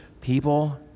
people